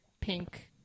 pink